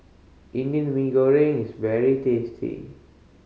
Indian Mee Goreng is very tasty